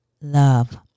love